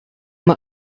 what